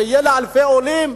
שתהיה לאלפי עולים,